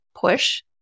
push